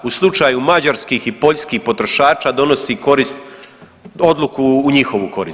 U slučaju mađarskih i poljskih potrošača donosi korist, odluku u njihovu korist.